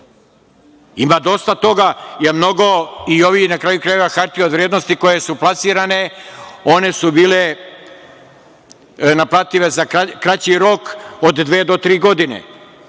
Ima dosta toga, i ove na kraju krajeva, hartije od vrednosti koje su plasirane su bile naplative za kraći rok od dve do tri godine.